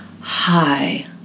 hi